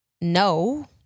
no